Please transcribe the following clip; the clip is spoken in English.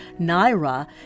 Naira